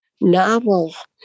novels